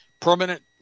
Permanent